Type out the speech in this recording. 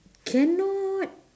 cannot